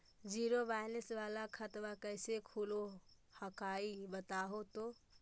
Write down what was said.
Zero balance वाला खतवा कैसे खुलो हकाई बताहो तो?